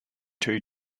two